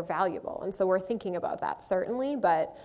are valuable and so we're thinking about that certainly but